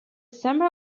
summer